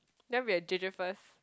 you want be J_J first